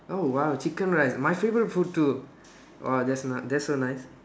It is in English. oh !wow! chicken rice my favourite food too !wah! that's not that's so nice